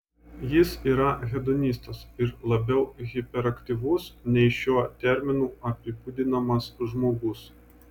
jis yra hedonistas ir labiau hiperaktyvus nei šiuo terminu apibūdinamas žmogus